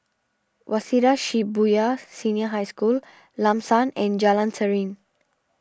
Waseda Shibuya Senior High School Lam San and Jalan Serene